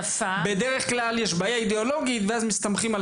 בדרך כלל יש בעיה אידיאולוגית ואז מסתמכים על